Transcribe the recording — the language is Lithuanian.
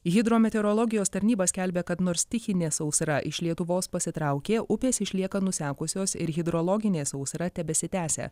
hidrometeorologijos tarnyba skelbia kad nors stichinė sausra iš lietuvos pasitraukė upės išlieka nusekusios ir hidrologinė sausra tebesitęsia